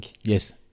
Yes